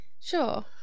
Sure